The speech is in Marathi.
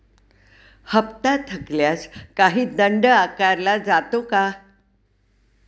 हप्ता थकल्यास काही दंड आकारला जातो का?